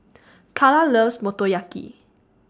Karla loves Motoyaki